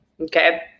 Okay